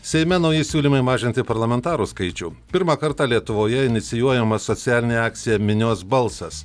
seime nauji siūlymai mažinti parlamentarų skaičių pirmą kartą lietuvoje inicijuojama socialinė akcija minios balsas